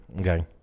Okay